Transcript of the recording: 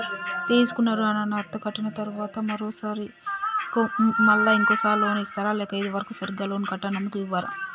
తీసుకున్న రుణాన్ని అత్తే కట్టిన తరువాత మళ్ళా ఇంకో సారి లోన్ ఇస్తారా లేక ఇది వరకు సరిగ్గా లోన్ కట్టనందుకు ఇవ్వరా?